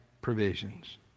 provisions